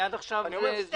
עד עכשיו אני זוכר.